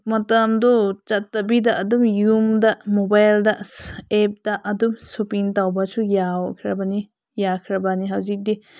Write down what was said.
ꯃꯇꯝꯗꯨ ꯆꯠꯇꯕꯤꯗ ꯑꯗꯨꯝ ꯌꯨꯝꯗ ꯃꯣꯕꯥꯏꯜꯗ ꯑꯦꯞꯇ ꯑꯗꯨꯝ ꯁꯣꯞꯄꯤꯡ ꯇꯧꯕꯁꯨ ꯌꯥꯎꯈ꯭ꯔꯕꯅꯤ ꯌꯥꯈ꯭ꯔꯕꯅꯤ ꯍꯧꯖꯤꯛꯇꯤ